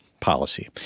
policy